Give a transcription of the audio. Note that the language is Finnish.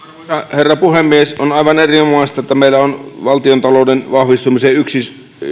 herra puhemies on aivan erinomaista että meillä on valtiontalouden vahvistumisen yksi